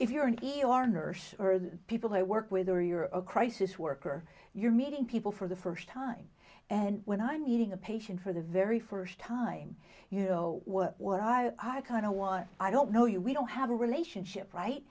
if you're an e r nurse or the people they work with or you're a crisis worker you're meeting people for the first time and when i'm meeting a patient for the very first time you know what i kind of was i don't know you we don't have a relationship right